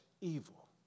evil